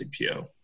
CPO